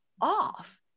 off